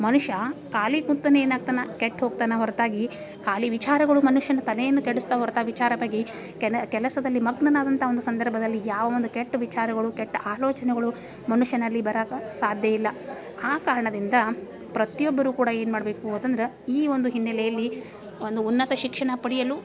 ಮನುಷ್ಯ ಖಾಲಿ ಕುಂತೇನೇ ಏನು ಆಗ್ತಾನೆ ಕೆಟ್ಟು ಹೋಗ್ತಾನೆ ಹೊರತಾಗಿ ಖಾಲಿ ವಿಚಾರಗಳು ಮನುಷ್ಯನ ತಲೆಯನ್ನು ಕೆಡಿಸ್ತಾ ಹೊರತ ವಿಚಾರವಾಗಿ ಕೆನ ಕೆಲಸದಲ್ಲಿ ಮಗ್ನನಾದಂಥ ಒಂದು ಸಂದರ್ಭದಲ್ಲಿ ಯಾವ ಒಂದು ಕೆಟ್ಟ ವಿಚಾರಗಳು ಕೆಟ್ಟ ಆಲೋಚನೆಗಳು ಮನುಷ್ಯನಲ್ಲಿ ಬರೋಕೆ ಸಾಧ್ಯ ಇಲ್ಲ ಆ ಕಾರಣದಿಂದ ಪ್ರತಿಯೊಬ್ಬರೂ ಕೂಡ ಏನು ಮಾಡಬೇಕು ಅಂತಂದ್ರೆ ಈ ಒಂದು ಹಿನ್ನಲೆಯಲ್ಲಿ ಒಂದು ಉನ್ನತ ಶಿಕ್ಷಣ ಪಡೆಯಲು